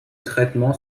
traitement